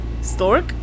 stork